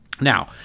Now